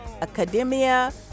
academia